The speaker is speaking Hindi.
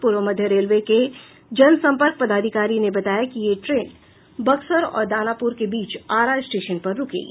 पूर्व मध्य रेलवे के जनसंपर्क पदाधिकारी ने बताया कि यह ट्रेन बक्सर और दानापुर के बीच आरा स्टेशन पर रूकेगी